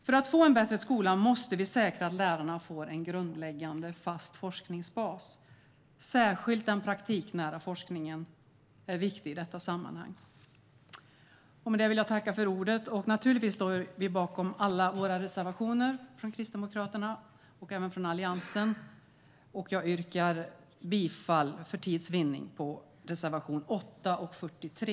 För att få en bättre skola måste vi säkerställa att lärarna får en grundläggande fast forskningsbas. Särskilt den praktiknära forskningen är viktig i detta sammanhang. Naturligtvis står jag bakom alla Kristdemokraternas och Alliansens reservationer, men för tids vinnande yrkar jag bara bifall till reservationerna 8 och 43.